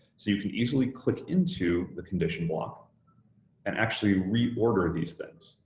so you can easily click into the condition block and actually reorder these things.